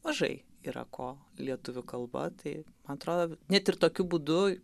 mažai yra ko lietuvių kalba tai man atrodo net ir tokiu būdu